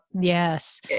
Yes